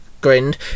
grinned